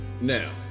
now